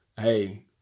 hey